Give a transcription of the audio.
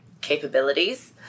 capabilities